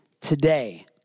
today